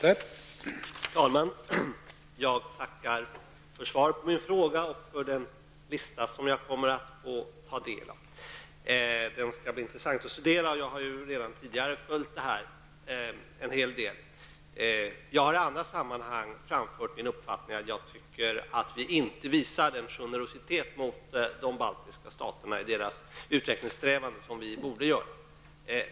Herr talman! Jag tackar för svaret på min fråga och för den lista som jag kommer att få ta del av. Den skall bli intressant att studera, eftersom jag redan tidigare har följt denna fråga en hel del. Jag har i andra sammanhang framfört min uppfattning i denna fråga. Jag anser att vi inte visar den generositet mot de baltiska staterna i deras utvecklingssträvanden som vi borde visa.